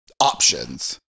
options